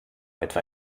etwa